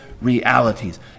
realities